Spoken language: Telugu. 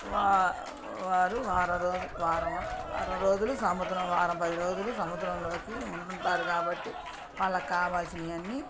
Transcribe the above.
వారం రోజులు సముద్రం వారం పది రోజులు సముద్రంలోకి ఉంటారు కాబట్టి వాళ్ళకి కావాల్సినవి అన్నీ